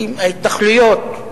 כי ההתנחלויות,